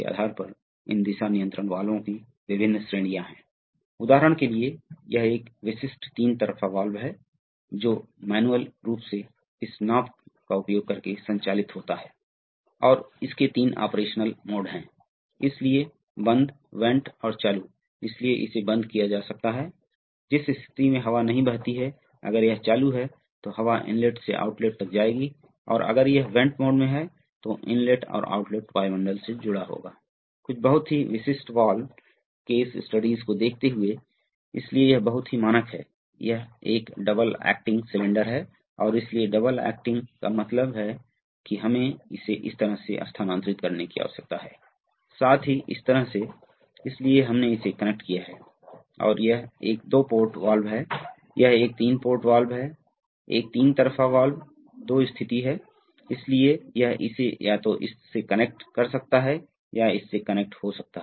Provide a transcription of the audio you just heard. आप बंद loop position control कैसे करते हैं यह बहुत ही सरल है यह एक पोजिशन लूप है आपके पास एक आनुपातिक या सर्वो वाल्व है जो इस इलेक्ट्रॉनिक्स द्वारा संचालित है और लोड को ले जाता है यह सिलेंडर है जोकी संवेदक द्वारा लोड की पोजीशन को संवेदित करता है पोजीशन आमतौर पर LVDT है कभी कभी पोटेंशियोमीटर एक रिज़ॉल्वर होगा यदि यह रोटरी है और इन दोनों की तुलना की जाती है और त्रुटि डाली जाती है इसका एक मानक पोजीशन लूप रैंप जनरेटर का उपयोग कभी कभी किया जाता है क्योंकि इस तथ्य को आपको एम्पलीफायर को संतृप्त करने की आवश्यकता नहीं है आपको भार नहीं चाहिए आप नहीं कर सकते हैं जो उन्हें बनाता है उन्हें झटके नहीं देना चाहिए उपकरण को नुकसान कर सकता है भार को नुकसान हो सकता है